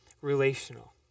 relational